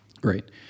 Great